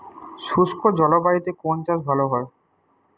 শুষ্ক জলবায়ুতে কোন চাষ ভালো হয়?